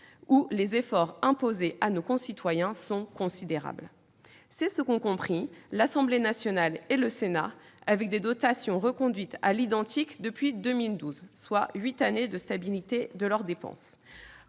où les efforts imposés à nos concitoyens sont considérables. C'est ce qu'ont compris l'Assemblée nationale et le Sénat, avec des dotations reconduites à l'identique depuis 2012 ; leurs dépenses